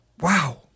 Wow